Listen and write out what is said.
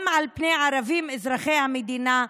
גם על פני ערבים אזרחי המדינה,